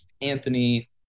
Anthony